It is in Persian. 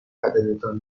بدنتان